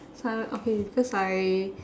sometimes okay because I